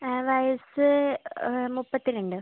വയസ്സ് മുപ്പത്തിരണ്ട്